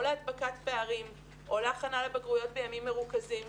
להדבקת פערים או להכנה לבגרויות בימים מרוכזים.